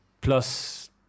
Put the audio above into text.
Plus